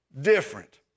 different